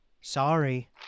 Sorry